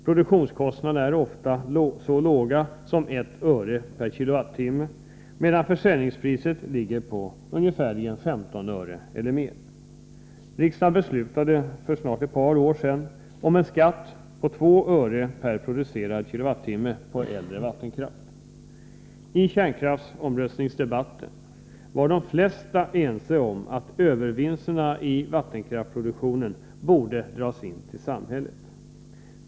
Produktionskostnaderna är ofta så låga som 1 öre per kilowattimme, medan försäljningspriset ligger på 15 öre eller mer. Riksdagen beslutade för ett par år sedan om en skatt på 2 öre per producerad kilowattimme på äldre vattenkraftverk. I kärnkraftsomröstningsdebatten var de flesta ense om att övervinsterna i vattenkraftsproduktionen borde dras in till samhället.